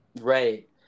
Right